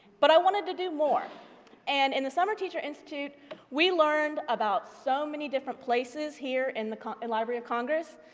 but i wanted to do more and in the summer teacher institute we learned about so many different places here in the library of congress,